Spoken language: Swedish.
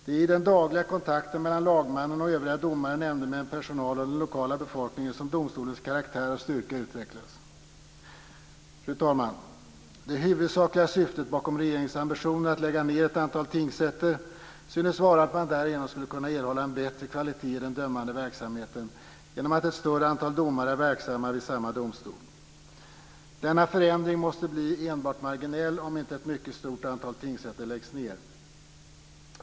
Det är i den dagliga kontakten mellan lagmännen och övriga domare, nämndemän, personal och den lokala befolkningen som domstolens karaktär och styrka utvecklas. Fru talman! Det huvudsakliga syftet bakom regeringens ambitioner att lägga ned ett antal tingsrätter synes vara att man därigenom skulle kunna erhålla en bättre kvalitet i den dömande verksamheten genom att ett större antal domare är verksamma vid samma domstol. Denna förändring måste bli enbart marginell om inte ett mycket stort antal tingsrätter läggs ned.